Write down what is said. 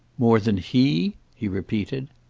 more than he? he repeated.